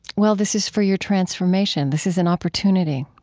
well, this is for your transformation this is an opportunity?